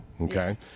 Okay